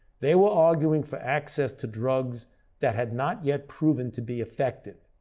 they were arguing for access to drugs that had not yet proven to be effective.